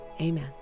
Amen